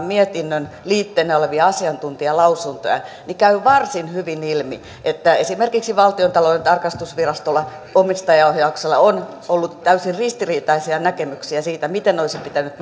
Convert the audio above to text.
mietinnön liitteenä olevia asiantuntijalausuntoja niin käy varsin hyvin ilmi että esimerkiksi valtiontalouden tarkastusvirastolla omistajaohjauksella on ollut täysin ristiriitaisia näkemyksiä siitä miten olisi pitänyt